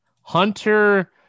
Hunter